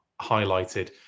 highlighted